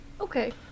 Okay